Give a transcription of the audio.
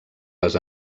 les